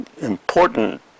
important